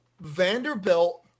Vanderbilt